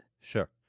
Sure